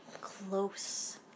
close